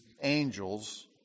angels